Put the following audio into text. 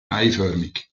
eiförmig